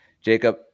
jacob